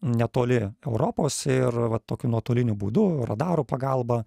netoli europos ir va tokiu nuotoliniu būdu radarų pagalba